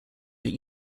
that